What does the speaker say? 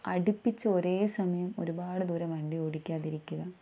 അടിപ്പിച്ചു ഒരേ സമയം ഒരുപാട് ദൂരം വണ്ടി ഓടിക്കാതിരിക്കുക